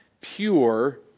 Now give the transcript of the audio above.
pure